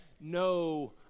no